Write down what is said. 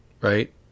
right